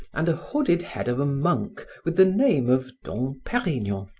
and a hooded head of a monk, with the name of dom perignon,